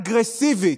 אגרסיבית,